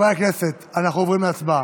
הכנסת, אנחנו עוברים להצבעה.